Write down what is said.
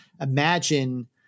imagine